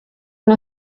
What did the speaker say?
one